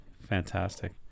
Fantastic